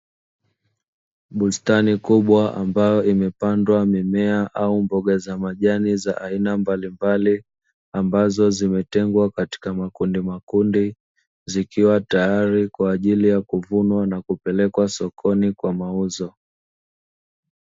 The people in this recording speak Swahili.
Bustani kubwa ambayo imepandwa mimea au mboga za majani za aina mbalimbali, ambazo zimetengwa katika makundimakundi zikiwa tayari kwa ajili ya kuvunwa na kupelekwa sokoni kwa mauzo.